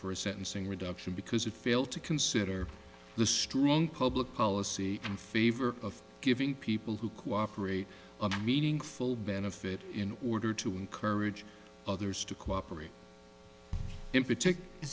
for a sentencing reduction because it failed to consider the strong public policy in favor of giving people who cooperate a meaningful benefit in order to encourage others to cooperate in p